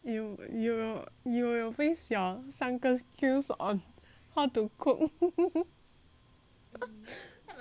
you you will you will waste your 三个 skills on how to cook